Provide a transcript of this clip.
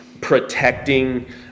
protecting